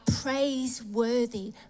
praiseworthy